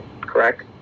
Correct